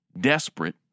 Desperate